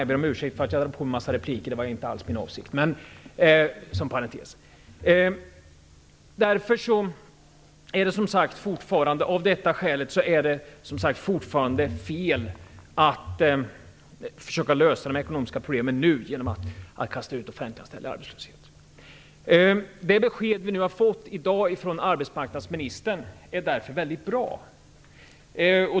Jag ber om ursäkt för att jag hittills bara har kommenterat tidigare talare - det var inte alls min avsikt. Av detta skäl är det fortfarande fel att nu försöka lösa de ekonomiska problemen genom att kasta ut offentliganställda i arbetslöshet. Det besked vi har fått i dag från arbetsmarknadsministern är därför väldigt bra.